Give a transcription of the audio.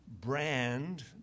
brand